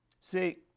See